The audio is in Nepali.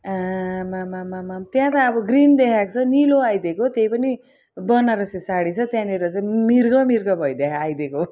आमामामामामाम त्यहाँ त अब ग्रिन देखाएको छ निलो आइदिएको त्यही पनि बनारसी साडी चाहिँ त्यहाँनिर मिर्ग मिर्ग भइदिएर आइदिएको